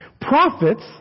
Prophets